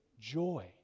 joy